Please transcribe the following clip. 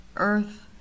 Earth